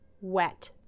wet